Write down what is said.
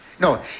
No